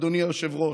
אדוני היושב-ראש,